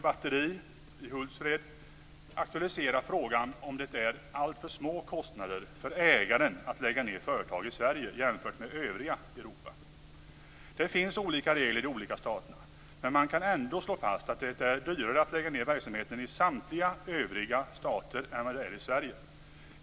Batteri i Hultsfred aktualiserar frågan om det är alltför små kostnader för ägaren förknippade med att lägga ned företag i Sverige jämfört med i övriga Europa. Det finns olika regler i de olika staterna, men man kan ändå slå fast att det är dyrare att lägga ned verksamheten i samtliga övriga stater än vad det är i Sverige.